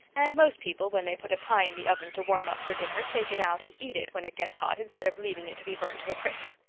and most people when they put a pie in the oven to warm up for dinner take it out and eat it when it gets hot instead of leaving it to be burned to a crisp.